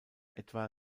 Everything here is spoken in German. etwa